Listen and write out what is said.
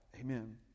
amen